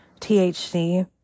THC